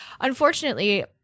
Unfortunately